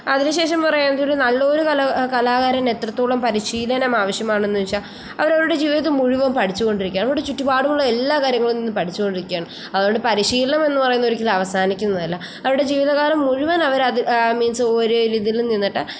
അതിനുശേഷം പറയുകയാണെങ്കിൽ ഒരു നല്ലൊരു കല കലാകാരൻ എത്രത്തോളം പരിശീലനം ആവശ്യമാണെന്ന് ചോദിച്ചാൽ അവരവരുടെ ജീവിതത്തിൽ മുഴുവൻ പഠിച്ചുകൊണ്ടിരിക്കുകയാണ് അവരുടെ ചുറ്റുപാടുമുള്ള എല്ലാ കാര്യങ്ങളിൽ നിന്നും പഠിച്ചുകൊണ്ടിരിക്കുകയാണ് അതുകൊണ്ട് പരിശീലനം എന്നുപറയുന്നത് ഒരിക്കലും അവസാനിക്കുന്നതല്ല അവരുടെ ജീവിതകാലം മുഴുവൻ അവർ അത് മീൻസ് ഒരു ഇതിൽ നിന്നിട്ട്